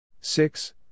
six